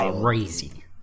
crazy